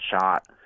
shot